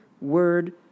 word